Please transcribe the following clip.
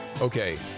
Okay